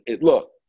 look